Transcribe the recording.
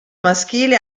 maschile